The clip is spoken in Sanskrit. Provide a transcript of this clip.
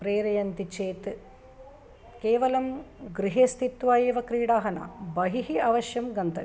प्रेरयन्ति चेत् केवलं गृहे स्थित्वा एव क्रीडाः न बहिः अवश्यं गन्तव्यं